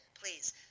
Please